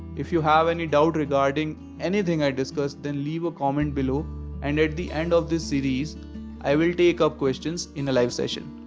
if you have and any doubt regarding anything i discussed then leave a comment below and at the end of this series i will take up questions in a live session.